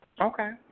Okay